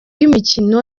imikino